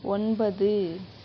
ஒன்பது